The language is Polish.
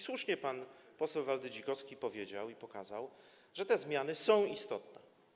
Słusznie pan poseł Waldy Dzikowski powiedział i pokazał, że te zmiany są istotne.